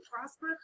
prosper